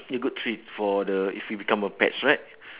feel good treat for the if you become a pets right